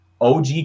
OG